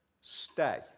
stay